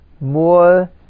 more